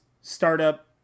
startup